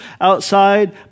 outside